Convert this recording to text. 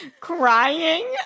crying